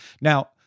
Now